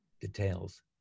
Details